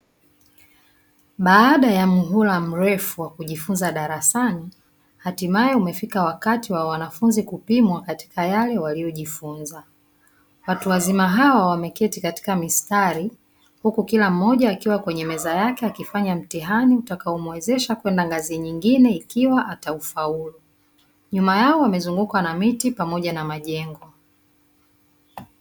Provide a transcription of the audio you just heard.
Baada ya muhula mrefu wa kujifunza darasani hatimaye umefika wakati wa wanafunzi kupimwa katika yale waliyojifunza, watu wazima bawa wameketi katika mistari huku kila mmoja akiwa kwenye meza yake akifanya mtihani utakaomuwezesha kwenda ngazi nyingine ikiwa ataufaulu, nyuma yao wamezungukwa na miti pamoja na majengo.